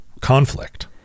conflict